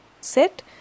set